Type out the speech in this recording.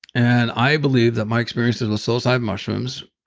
and i believe that my experiences with psilocybin mushrooms,